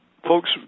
Folks